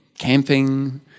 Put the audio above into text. camping